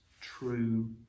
true